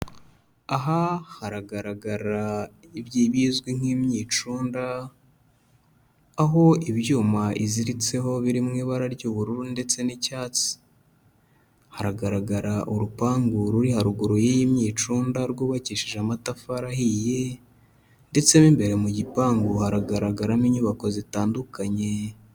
Aha haragaragara ibizwi nk'imyicunda, aho ibyuma iziritseho biririmo ibara ry'ubururu ndetse n'icyatsi, hagaragara urupangu ruri haruguru y'iyi myicunda rwubakishije amatafari ahiye ndetse mu imbere mu gipangu haragaragaramo inyubako zitandukanye.